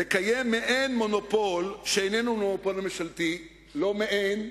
"לקיים מעין מונופול שאיננו מונופול ממשלתי" לא מעין,